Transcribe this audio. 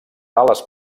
ales